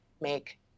make